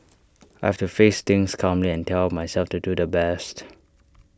I have to face things calmly and tell myself to do the best